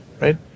right